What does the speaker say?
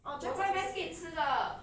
我在 westgate 吃的